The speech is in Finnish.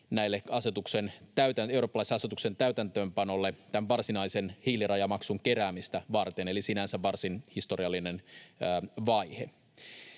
eurooppalaisen asetuksen täytäntöönpanolle tämän varsinaisen hiilirajamaksun keräämistä varten, eli sinänsä varsin historiallinen vaihe.